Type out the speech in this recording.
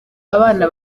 abana